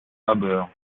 labeur